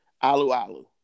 Alu-Alu